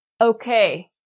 okay